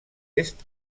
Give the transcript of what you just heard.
est